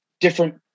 different